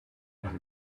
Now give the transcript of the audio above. has